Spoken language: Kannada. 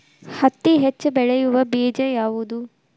ಹತ್ತಿ ಹೆಚ್ಚ ಬೆಳೆಯುವ ಬೇಜ ಯಾವುದು?